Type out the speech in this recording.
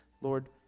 Lord